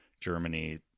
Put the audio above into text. Germany